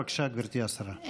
בבקשה, גברתי השרה.